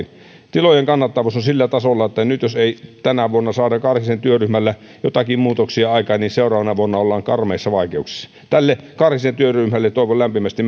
tilojen kannattavuus on sillä tasolla että jos ei tänä vuonna saada karhisen työryhmällä joitakin muutoksia aikaan niin seuraavana vuonna ollaan karmeissa vaikeuksissa tälle karhisen työryhmälle toivon lämpimästi